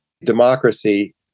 democracy